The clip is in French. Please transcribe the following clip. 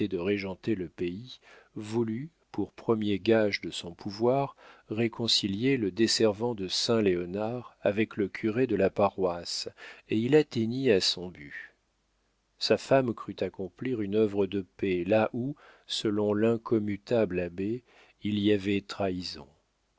de régenter le pays voulut pour premier gage de son pouvoir réconcilier le desservant de saint léonard avec le curé de la paroisse et il atteignit à son but sa femme crut accomplir une œuvre de paix là où selon l'incommutable abbé il y avait trahison